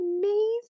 amazing